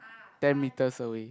ten meters away